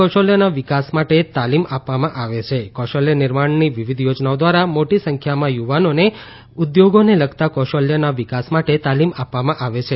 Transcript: કૌશલ્ય નિર્માણની વિવિધ યોજનાઓ ધ્વારા મોટી સંખ્યામાં યુવાનોને ઉદ્યોગોને લગતા કૌશલ્યોના વિકાસ માટે તાલીમ આપવામાં આવે છે